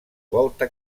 volta